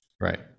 Right